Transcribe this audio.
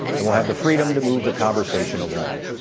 and will have the freedom to move the conversation along.